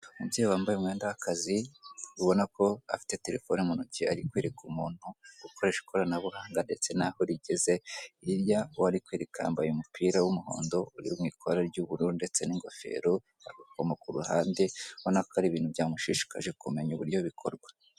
Umubyeyi wambaye umwenda w'akazi, ubona ko afite telefoni mu ntoki ari kwereka umuntu gukoresha ikoranabuhanga ndetse naho rigeze, hirya uwo ari kwereka yambaye umupira w'umuhondo uri mu ikora ry'ubururu ndetse n'ingofero, agakomo ku ruhande ubona ko ari ibintu byamushishikaje kumenya uburyo bikorwa.